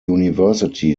university